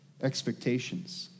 expectations